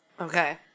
okay